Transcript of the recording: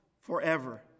forever